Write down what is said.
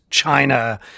China